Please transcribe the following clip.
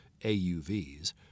AUVs